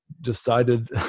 Decided